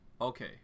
Okay